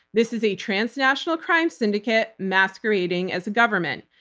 this is a transnational crime syndicate masquerading as a government.